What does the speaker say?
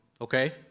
okay